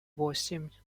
восемь